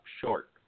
short